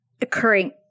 occurring